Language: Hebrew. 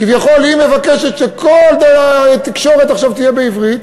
כביכול היא מבקשת שכל התקשורת עכשיו תהיה בעברית,